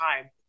time